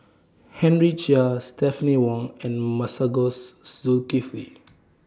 Henry Chia Stephanie Wong and Masagos Zulkifli